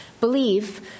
believe